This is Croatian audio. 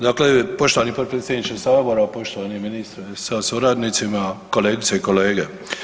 Dakle, poštovani potpredsjedniče Sabora, poštovani ministre sa suradnicima, kolegice i kolege.